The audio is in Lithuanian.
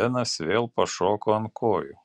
benas vėl pašoko ant kojų